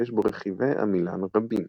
שיש בו רכיבי עמילן רבים.